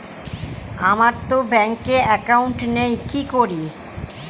আমারতো ব্যাংকে একাউন্ট নেই কি করি?